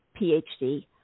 PhD